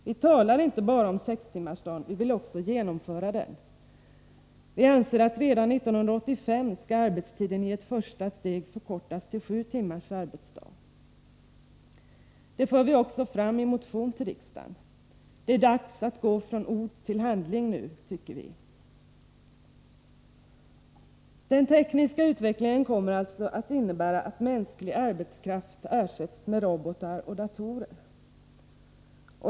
Vi talar inte bara om sextimmarsdagen, vi vill också genomföra den. Redan 1985 skall arbetstiden i ett första steg förkortas till sju timmars arbetsdag. Det för vi fram i en motion till riksdagen. Det är dags att nu gå från ord till handling, tycker vi. Den tekniska utvecklingen kommer alltså att innebära att mänsklig arbetskraft ersätts med robotar och datorer.